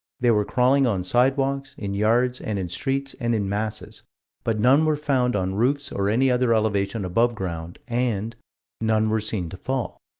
they were crawling on sidewalks, in yards, and in streets, and in masses but none were found on roofs or any other elevation above ground and none were seen to fall.